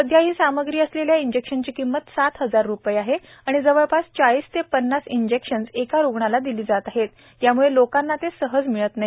सध्या ही सामग्री असलेल्या इंजेक्शनची किंमत सात हजार रुपये आहे आणि जवळपास चाळीस ते पन्नास इंजेक्शन्स एका रूग्णाला दिली जात आहेत याम्ळे लोकांना ते सहज मिळत नाही